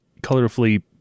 colorfully